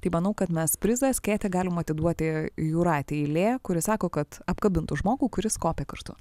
tai manau kad mes prizą skėtį galim atiduoti jūratei lė kuri sako kad apkabintų žmogų kuris kopė kartu